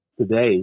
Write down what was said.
today